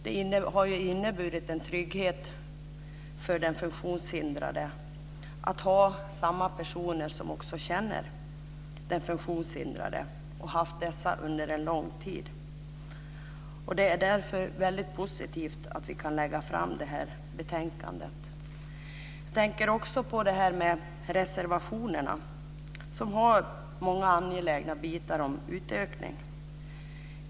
Det har ju inneburit en trygghet för de funktionshindrade att ha samma personer hos sig, personer som känner de funktionshindrade och har varit hos dem under en lång tid. Det är därför väldigt positivt att vi kan lägga fram det här betänkandet. Jag tänker också på reservationen. Där finns många angelägna bitar om utökning.